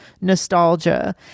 nostalgia